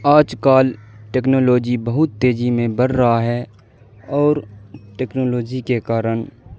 آج کل ٹیکنالوجی بہت تیزی میں بڑھ رہا ہے اور ٹیکنالوجی کے کارن